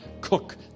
Cook